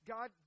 God